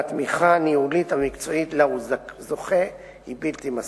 והתמיכה הניהולית המקצועית שהוא זוכה לה היא בלתי מספקת.